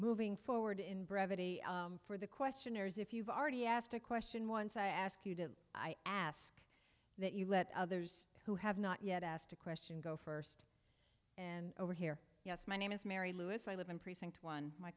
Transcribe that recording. moving forward in brevity for the questioners if you've already asked a question once i ask you did i ask that you let others who have not yet asked a question go st and over here yes my name is mary lewis i live in precinct one my